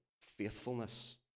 faithfulness